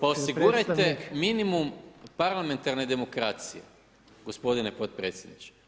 pa osigurajte minimum parlamentarne demokracije gospodine podpredsjedniče.